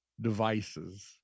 devices